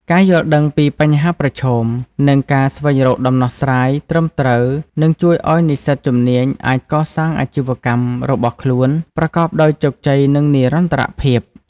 ការយល់ដឹងពីបញ្ហាប្រឈម និងការស្វែងរកដំណោះស្រាយត្រឹមត្រូវនឹងជួយឱ្យនិស្សិតជំនាញអាចកសាងអាជីវកម្មរបស់ខ្លួនប្រកបដោយជោគជ័យ និងនិរន្តរភាព។